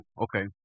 Okay